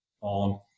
on